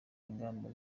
ingamba